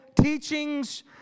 teachings